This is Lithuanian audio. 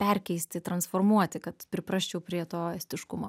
perkeisti transformuoti kad priprasčiau prie to estiškumo